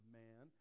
man